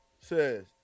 says